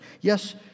Yes